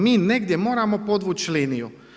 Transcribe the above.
Mi negdje moramo podvući liniju.